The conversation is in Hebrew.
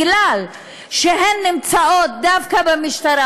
דווקא מכיוון שהן נמצאות במשטרה,